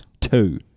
two